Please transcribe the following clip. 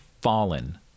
fallen